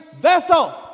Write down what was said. vessel